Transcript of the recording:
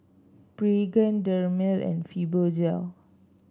Pregain Dermale and Fibogel